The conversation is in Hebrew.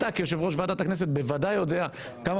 אתה כיושב-ראש ועדת הכנסת בוודאי יודע כמה